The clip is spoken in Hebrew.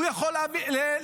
הוא יכול למנות?